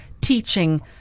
teaching